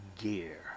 gear